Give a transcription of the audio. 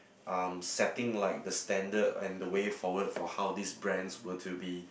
um setting like the standard and the way forward for how these brands were to be